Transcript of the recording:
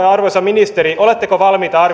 arvoisa ministeri oletteko valmiita